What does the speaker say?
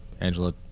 angela